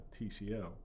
TCL